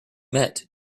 met